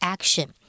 Action